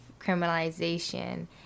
criminalization